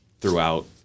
throughout